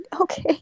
Okay